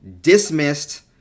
dismissed